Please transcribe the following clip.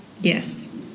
Yes